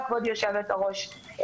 כבוד יושבת-הראש,